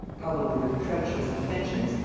probably with treacherous intentions,